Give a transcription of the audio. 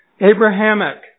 Abrahamic